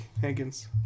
Hankins